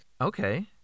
Okay